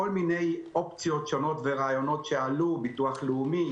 כל מיני אופציות שונות ורעיונות שעלו: ביטוח לאומי,